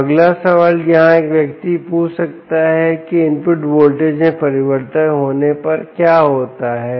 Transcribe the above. तो अगला सवाल यहां एक व्यक्ति पूछ सकता है कि इनपुट वोल्टेज में परिवर्तन होने पर क्या होता है